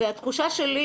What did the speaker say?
התחושה שלי